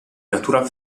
natura